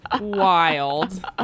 Wild